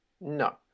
No